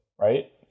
right